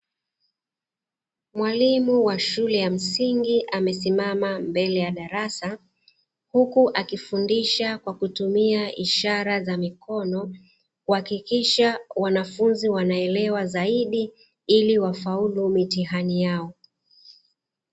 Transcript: Mwalimu wa shule ya msingi amesimama mbele ya darasa, huku akifundisha kwa kutumia ishara za mikono, kuhakikisha wanafunzi wanaelewa zaidi ili wafaulu mitihani yao.